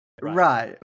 Right